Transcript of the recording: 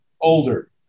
older